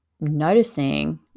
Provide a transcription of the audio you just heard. noticing